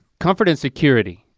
comfort and security.